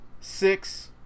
six